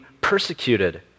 persecuted